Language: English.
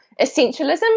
Essentialism